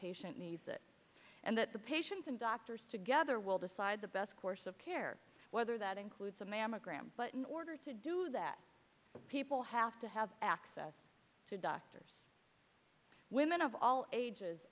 patient needs it and that the patients and doctors together will decide the best course of care whether that includes a mammogram but in order to do that people have to have access to doctors women of all ages